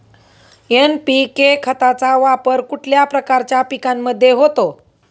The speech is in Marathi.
एन.पी.के खताचा वापर कुठल्या प्रकारच्या पिकांमध्ये होतो?